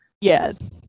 Yes